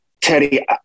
Teddy